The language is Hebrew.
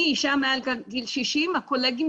אני אישה מעל גיל 60 והקולגות הגברים